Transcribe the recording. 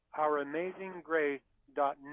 OurAmazingGrace.net